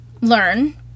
learn